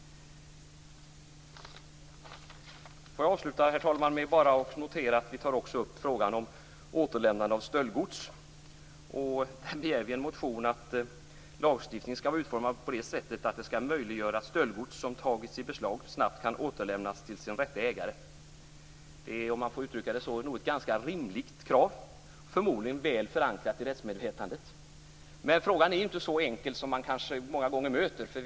Herr talman! Får jag avsluta med att notera att vi också tar upp frågan om återlämnande av stöldgods. Vi begär i en motion att lagstiftningen skall vara utformad så att den möjliggör att stöldgods som tagits i beslag snabbt kan återlämnas till sin rätta ägare. Det är nog ett ganska rimligt krav, om man får uttrycka det så. Det är också förmodligen väl förankrat i rättsmedvetandet. Men frågan är inte så enkel som man kanske många gånger tror.